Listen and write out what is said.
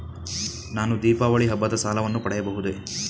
ನಾನು ದೀಪಾವಳಿ ಹಬ್ಬದ ಸಾಲವನ್ನು ಪಡೆಯಬಹುದೇ?